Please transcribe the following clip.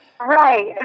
right